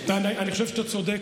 אני חושב שאתה צודק.